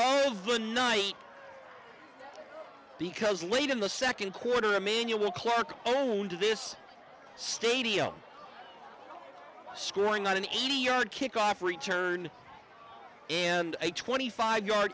the night because late in the second quarter a manual clock own to this stadium screwing on an eighty yard kickoff return and a twenty five yard